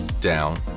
down